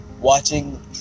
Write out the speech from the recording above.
watching